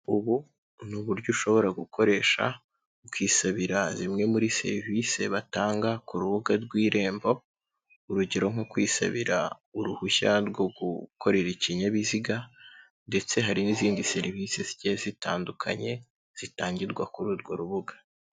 Ubu ni uburyo ushobora gukoresha ukisabira zimwe muri serivisi batanga ku rubuga rw'irembo urugero nko kwisabira uruhushya rwo gukorera ikinyabiziga ndetse hari n'izindi serivisi zigiye zitandukanye zitangirwa kuri urwo rubuga.